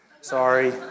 Sorry